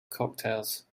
cocktails